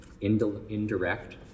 indirect